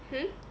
hmm